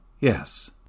Yes